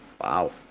wow